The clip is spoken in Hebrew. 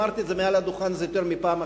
אמרתי את זה מעל הדוכן הזה יותר מפעם אחת,